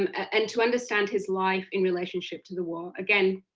um and to understand his life in relationship to the war. again,